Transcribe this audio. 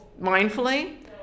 mindfully